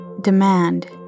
Demand